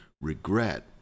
regret